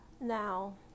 Now